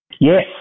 Yes